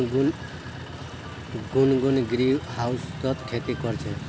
गुनगुन ग्रीनहाउसत खेती कर छ